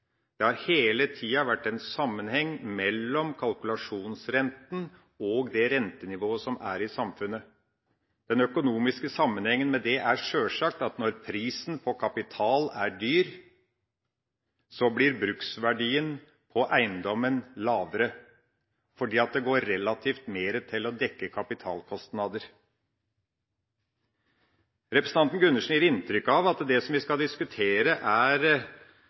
Det har hele tida vært en sammenheng mellom kalkulasjonsrenta og det rentenivået som er i samfunnet. Den økonomiske sammenhengen er sjølsagt at når prisen på kapital er høy, blir bruksverdien på eiendommen lavere, fordi det går relativt mer til å dekke kapitalkostnader. Representanten Gundersen gir inntrykk av at det som vi skal diskutere, er